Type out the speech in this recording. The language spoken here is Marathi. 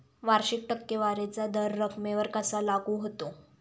वार्षिक टक्केवारीचा दर रकमेवर कसा लागू होतो?